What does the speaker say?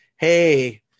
hey